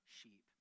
sheep